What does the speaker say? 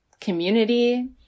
community